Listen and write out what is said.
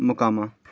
Mokama